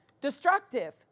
destructive